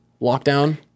lockdown